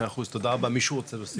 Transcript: תודה רבה, מישהו רוצה להוסיף?